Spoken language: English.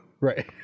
Right